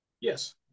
Yes